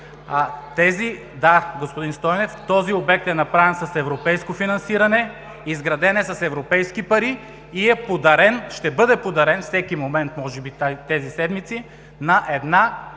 този обект е направен с европейско финасиране, изграден е с европейски пари и ще бъде подарен всеки момент – тези седмици, на една